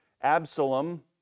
Absalom